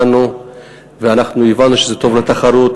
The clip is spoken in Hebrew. דנו ואנחנו הבנו שזה טוב לתחרות,